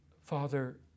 Father